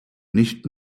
nicht